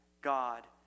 God